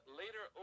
later